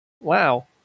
Wow